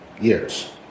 years